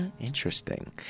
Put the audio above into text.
interesting